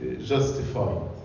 justified